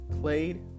played